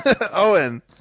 Owen